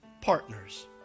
partners